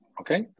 okay